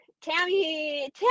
Tammy